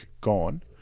gone